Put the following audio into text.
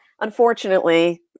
unfortunately